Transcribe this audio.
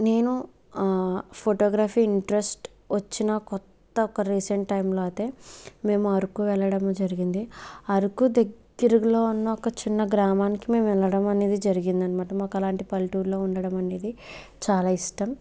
నేను photography interest వచ్చినా కొత్త ఒక రీసెంట్ టైంలో అయితే మేము అరకు వెళ్ళడం జరిగింది అరకు దగ్గరలో ఉన్న ఒక చిన్న గ్రామానికి మేము వెళ్ళడం అనేది జరిగిందన్నమాట మాకు అలాంటి పల్లెటూరిలో ఉండడం అనేది చాలా ఇష్టం